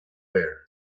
léir